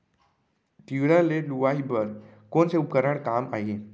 तिंवरा के लुआई बर कोन से उपकरण काम आही?